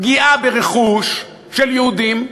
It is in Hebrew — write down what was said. פגיעה ברכוש של יהודים,